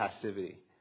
passivity